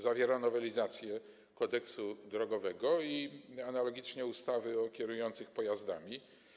Zawiera nowelizację kodeksu drogowego i analogicznie ustawy o kierujących pojazdami.